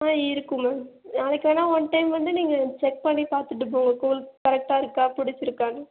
ஆ இருக்கும் மேம் நாளைக்கு வேணா ஒன் டைம் வந்து நீங்கள் செக் பண்ணி பார்த்துட்டு போங்கள் ரூம் கரெக்டாக இருக்கா பிடிச்சிருக்கான்னு